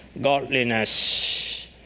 godliness